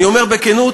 אני אומר בכנות,